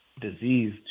disease